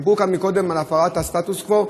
דיברו כאן קודם על הפרת הסטטוס קוו.